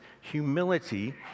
humility